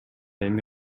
эми